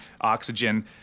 oxygen